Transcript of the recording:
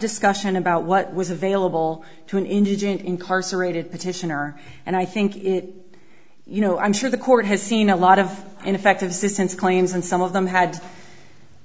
discussion about what was available to an indigent incarcerated petitioner and i think it you know i'm sure the court has seen a lot of ineffective assistance claims and some of them had